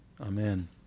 Amen